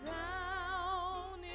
down